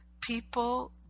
people